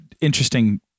interesting